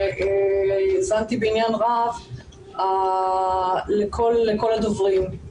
והאזנתי בעניין רב לכל הדוברים.